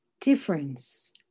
difference